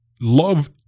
Love